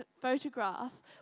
photograph